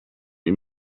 ihm